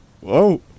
whoa